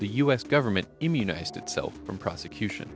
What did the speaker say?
the us government immunized itself from prosecution